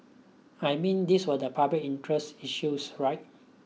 I mean these were the public interest issues right